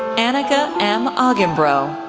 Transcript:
anneke ah m. augenbroe,